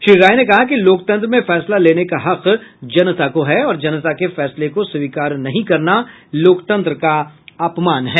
श्री राय ने कहा कि लोकतंत्र में फैसला लेने का हक जनता को है और जनता के फैसले को स्वीकार नहीं करना लोकतंत्र का अपमान है